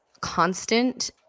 constant